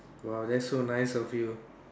!wow! that's so nice of you